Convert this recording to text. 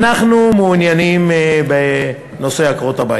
אנחנו מעוניינים בנושא עקרות-הבית.